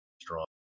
strong